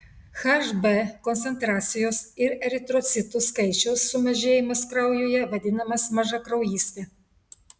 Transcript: hb koncentracijos ir eritrocitų skaičiaus sumažėjimas kraujuje vadinamas mažakraujyste